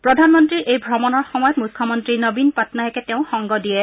প্ৰধানমন্ত্ৰীৰ এই ভ্ৰমণৰ সময়ত মুখ্যমন্ত্ৰী নবীন পাটনায়কে সংগ দিয়ে